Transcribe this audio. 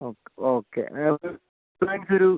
okay okay നേരത്തെ advance ഒരു